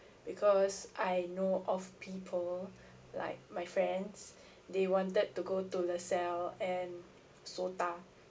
because I know of people like my friends they wanted to go to lasalle and SOTA